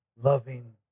Loving